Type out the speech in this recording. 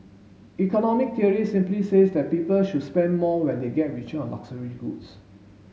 economic theory simply says that people should spend more when they get richer on luxury goods